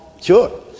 Sure